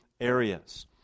areas